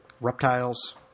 reptiles